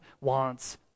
wants